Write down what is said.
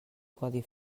codi